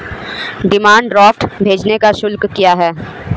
Demand draft भेजने का शुल्क क्या है?